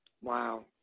Wow